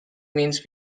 means